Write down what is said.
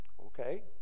Okay